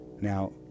now